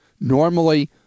normally